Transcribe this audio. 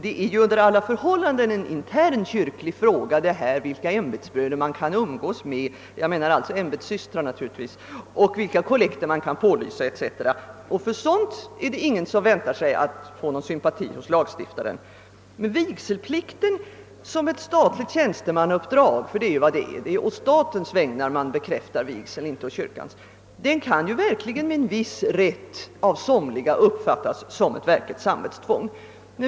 Under alla förhållanden är frågor sådana som vilka ämbetssystrar man kan umgås med, vilka kollekter som kan pålysas 0. s. v., av internt kyrklig art. När det gäller sådant kan ingen vänta sig finna någon sympati hos lagstiftaren. Vigselplikten som ett = statligt tjänstemannauppdrag — ty det är den ju eftersom man bekräftar vigseln å statens vägnar och inte å kyrkans — kan ju av somliga med en viss rätt uppfattas som ett verkligt samvetstvång.